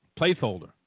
placeholder